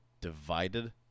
divided